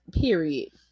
period